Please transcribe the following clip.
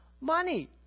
money